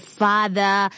father